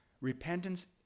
Repentance